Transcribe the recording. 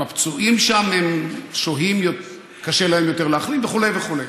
גם הפצועים שם, קשה להם יותר להחלים וכו' וכו'.